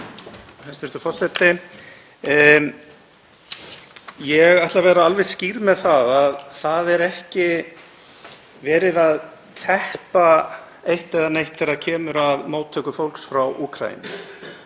Hæstv. forseti. Ég ætla að vera alveg skýr með það að það er ekki verið að teppa eitt eða neitt þegar kemur að móttöku fólks frá Úkraínu.